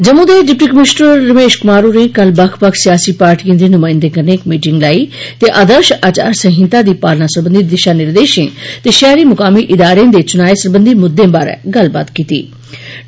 जम्मू दे deputy commissioner Ramesh Kumar होरें कल बक्ख बक्ख सियासी पार्टीयें दे नुमायंदे कन्नै इक मीटिंग लाई ते आर्दश आचार संहिता दी पालना सरबंधि दिशा निर्देश ते शहरी मुकामी इदारे दे चुनायें सरबंधी मुद्दें बारै गल्लबात कीत्ती